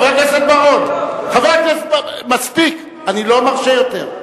חבר הכנסת בר-און, מספיק, אני לא מרשה יותר.